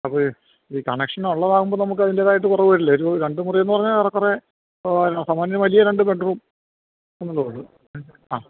അപ്പം ഈ കണക്ഷനൊള്ളതാകുമ്പം നമുക്ക് അതിന്റെതായിട്ട് കുറവ് വരില്ലേ ഒരു രണ്ട് മുറീന്ന് പറഞ്ഞാൽ ഏറെ കുറെ സാമാന്യം വലിയ രണ്ട് ബെഡ് റൂം ഉള്ളത് ഉള്ളൂ ആ